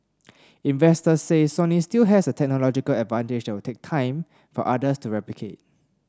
investors say Sony still has a technological advantage will take time for others to replicate